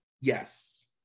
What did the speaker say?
Yes